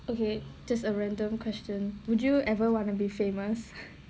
okay just a random question would you ever wanna be famous